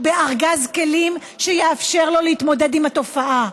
בארגז כלים שיאפשר לו להתמודד עם התופעה.